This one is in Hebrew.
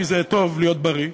כי זה טוב להיות בריא,